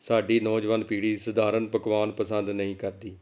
ਸਾਡੀ ਨੌਜਵਾਨ ਪੀੜੀ ਸਧਾਰਨ ਪਕਵਾਨ ਪਸੰਦ ਨਹੀਂ ਕਰਦੀ